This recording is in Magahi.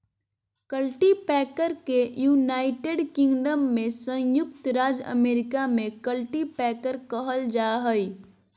कल्टीपैकर के यूनाइटेड किंगडम में संयुक्त राज्य अमेरिका में कल्टीपैकर कहल जा हइ